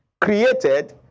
created